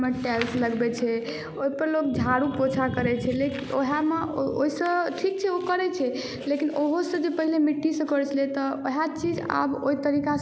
ओहि पर लोग झाड़ू पोंछा करै छै लेकिन ओहियोमे ओहिसँ ठीक छै ओ करै छै लेकिन ओहोसॅं जे पहीने जे मिट्टीसँ करै छलै तऽ वएह चीज आब ओहि तरीकासँ करै छै जाहिमे की फिनायल